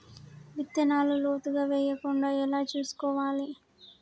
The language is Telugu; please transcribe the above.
విత్తనాలు లోతుగా వెయ్యకుండా ఎలా చూసుకోవాలి?